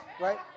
right